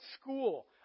school